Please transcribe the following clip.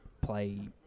play